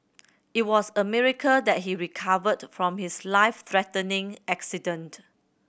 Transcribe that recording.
it was a miracle that he recovered from his life threatening accident